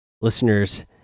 listeners